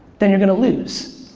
then you're gonna lose.